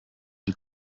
die